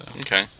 Okay